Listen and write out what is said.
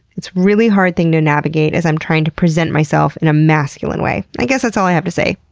it's a really hard thing to navigate as i'm trying to present myself in a masculine way. i guess that's all i have to say.